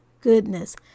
goodness